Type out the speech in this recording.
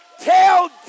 Tell